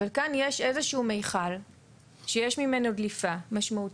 אבל כאן יש איזשהו מיכל שיש ממנו דליפה משמעותית.